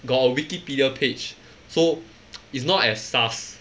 got a Wikipedia page so it's not as sus